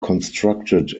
constructed